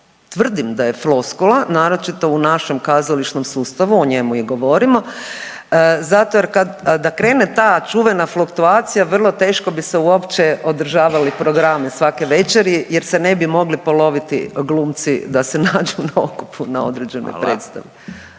Tvrdim da je floskula, naročito u našem kazališnom sustavu, o njemu i govorimo. Zato jer da krene ta čuvena fluktuacija vrlo teško bi se uopće održavali programi svake večeri jer se ne bi mogli poloviti glumci da se nađu na okupu na određenoj predstavi.